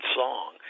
song